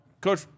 Coach